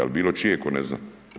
Ili bilo čije tko ne zna?